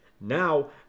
now